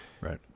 Right